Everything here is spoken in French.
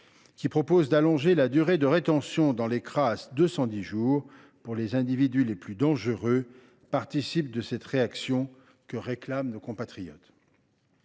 qui a pour objet d’allonger la durée de rétention dans les CRA à 210 jours pour les individus les plus dangereux, participe de cette réaction que réclament nos compatriotes.